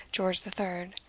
george the third.